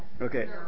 Okay